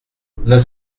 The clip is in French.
neuf